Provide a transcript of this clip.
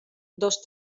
dos